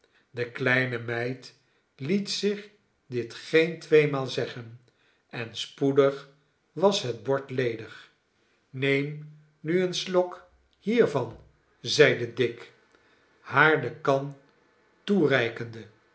de kleine meid liet zich dit geen tweemaal zeggen en spoedig was het bord ledig neem nu een slok hiervan zeide dick nelly haar de kan toereikende